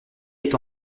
est